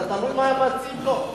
זה תלוי מה הם מציעים לו.